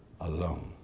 alone